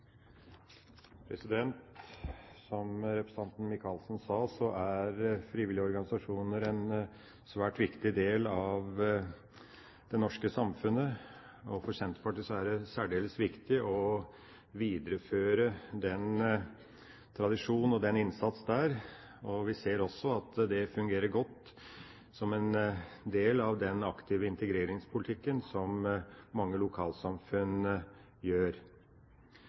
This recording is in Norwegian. frivillige organisasjoner en svært viktig del av det norske samfunnet, og for Senterpartiet er det særdeles viktig å videreføre tradisjonen og innsatsen der. Vi ser også at det fungerer godt som en del av den aktive integreringspolitikken som mange lokalsamfunn